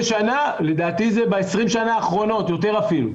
לדעתי זה ב-20 השנה האחרונות, יותר אפילו.